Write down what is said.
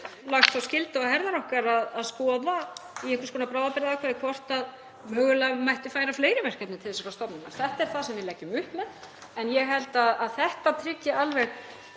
lagt þá skyldu á herðar okkar að skoða, í einhvers konar bráðabirgðaákvæði, hvort mögulega mætti færa fleiri verkefni til þessarar stofnunar. Þetta er það sem við leggjum upp með en ég held að þetta tryggi alveg